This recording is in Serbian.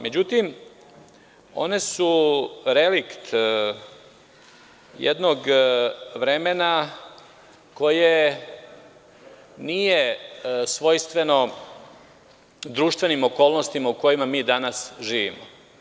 Međutim, one su relikt jednog vremena koje nije svojstveno društvenim okolnostima u kojima mi danas živimo.